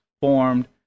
formed